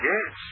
Yes